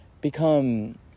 become